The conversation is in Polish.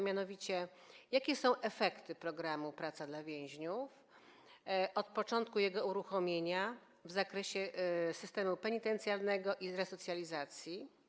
Mianowicie jakie są efekty programu „Praca dla więźniów” od początku jego uruchomienia w zakresie systemu penitencjarnego i resocjalizacji?